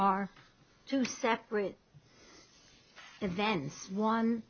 are two separate events one